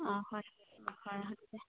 ꯑꯣ ꯍꯣꯏ ꯃꯪ ꯐꯔꯁꯦ